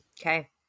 Okay